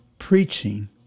preaching